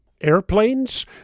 Airplanes